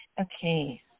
Okay